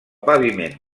paviment